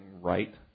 right